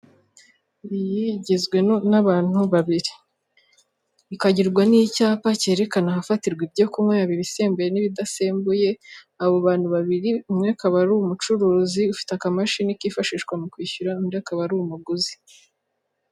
Ni iyi. Igizwe n'abantu babiri, ikagirwa n'icyapa kerekana ahafatirwa ibyo kunywa yaba ibisembuye n'ibidasembuye; abo bantu babiri umwe akaba ari umucuruzi ufite akamashini kifashishwa mu kwishyura, undi akaba ari umuguzi.